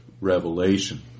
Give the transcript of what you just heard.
revelation